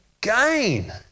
gain